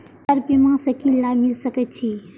Sir बीमा से की लाभ मिल सके छी?